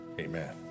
amen